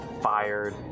fired